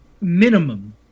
minimum